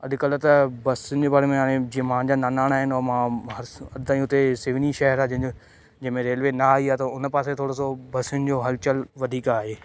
अॼकल्ह त बसियुनि जे बारे में हाणे जीअं मुंहिंजा नानाणा आहिनि ऐं मां अॼु ताईं हुते सिवनी शहर आहे जंहिंजो जंहिंमें रेलवे न आई आहे त उन पासे थोरो सो बसियुनि जो हलचलु वधीक आहे